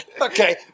Okay